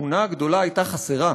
התמונה הגדולה הייתה חסרה.